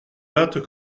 dates